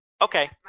okay